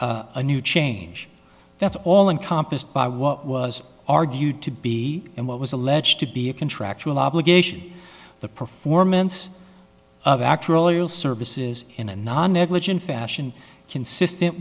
about a new change that's all encompassed by what was argued to be and what was alleged to be a contractual obligation the performance of actually all services in a non negligent fashion consistent